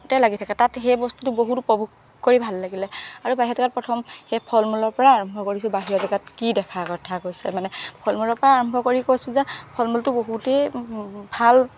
লাগি থাকে তাত সেই বস্তুটো বহুত উপভোগ কৰি ভাল লাগিলে আৰু বাহিৰৰ জেগাত প্ৰথম সেই ফল মূলৰ পৰাই আৰম্ভ কৰিছো বাহিৰৰ জেগাত কি দেখা কথা কৈছে মানে ফল মূলৰ পা আৰম্ভ কৰি কৈছো যে ফল মূলটো বহুতেই ভাল